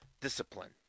discipline